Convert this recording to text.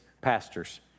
pastors